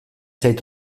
zait